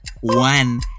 one